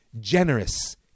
generous